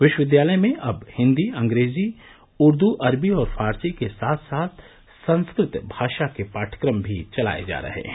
विश्वविद्यालय में अब हिन्दी अंग्रेजी उर्दू अरबी और फारसी के साथ साथ संस्कृत भाषा के पाठ्यक्रम भी चलाये जा रहे हैं